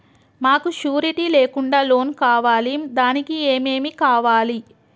మాకు షూరిటీ లేకుండా లోన్ కావాలి దానికి ఏమేమి కావాలి?